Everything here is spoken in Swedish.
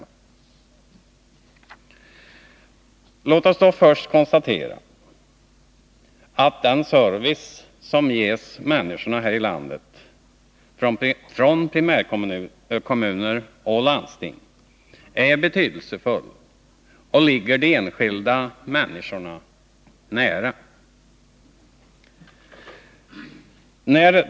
Låt oss först konstatera att den service som ges människorna här i landet från primärkommuner och landsting är betydelsefull och ligger de enskilda människorna nära.